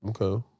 Okay